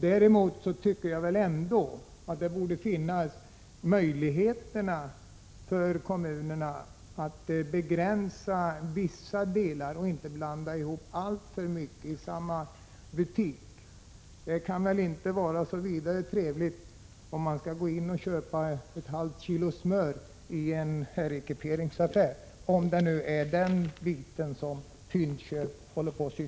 Däremot tycker jag att det borde finnas möjligheter för kommunerna att begränsa vissa delar och inte blanda ihop alltför mycket i sin butik. Det kan väl inte vara vidare trevligt att gå in och köpa ett halvt kilogram smör i en herrekiperingsaffär, om det nu är den biten som Fyndköp sysslar med. Fru talman!